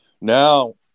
now